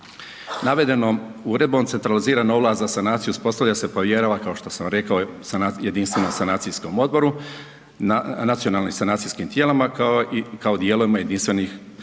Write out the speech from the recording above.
Navedenom uredbom centralizirana ovlast za sanaciju uspostavlja se, povjerava, kao što sam rekao Jedinstvenom sanacijskom odboru, nacionalnim sanacijskim tijelima, kao i dijelovima jedinstvenih, Jedinstvenog